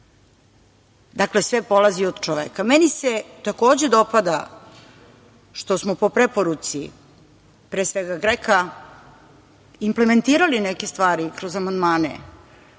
Dakle, sve polazi od čoveka. Meni se takođe dopada što smo po preporuci, pre svega GREKO-a, implementirali neke stvari kroz amandmane